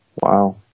Wow